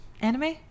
anime